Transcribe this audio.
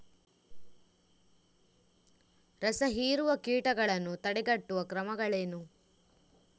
ರಸಹೀರುವ ಕೀಟಗಳನ್ನು ತಡೆಗಟ್ಟುವ ಕ್ರಮಗಳೇನು?